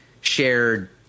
shared